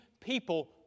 people